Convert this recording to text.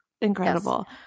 incredible